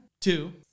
two